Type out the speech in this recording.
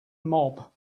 mob